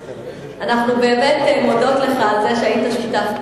אנחנו באמת מודות לך על זה שהיית שותף.